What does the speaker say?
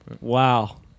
Wow